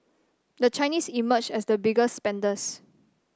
the Chinese emerged as the biggest spenders